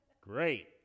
great